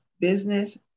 business